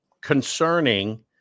concerning